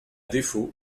défaut